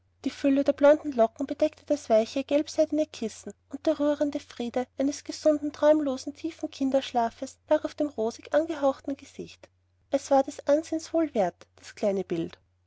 die fülle der blonden locken bedeckte das weiche gelbseidene kissen und der rührende friede eines gesunden traumlosen tiefen kinderschlafes lag auf dem rosig angehauchten gesicht es war des ansehens wohl wert das kleine bild